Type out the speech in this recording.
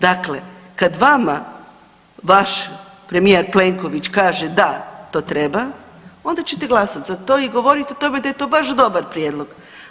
Dakle, kad vama vaš premijer Plenković kaže da, to treba onda ćete glasati za to i govoriti o tome da je to baš dobar prijedlog.